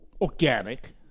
organic